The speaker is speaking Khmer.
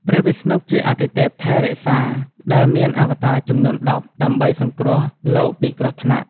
ព្រះវិស្ណុជាអាទិទេពថែរក្សា ដែលមានអវតារចំនួន ១០ ដើម្បីសង្គ្រោះលោកពីគ្រោះថ្នាក់។